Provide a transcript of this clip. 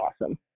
awesome